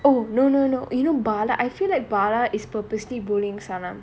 oh no no no you know bala I feel like bala is purposely bullying sanam